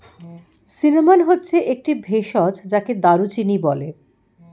cinnamon হচ্ছে একটি ভেষজ যাকে দারুচিনি বলে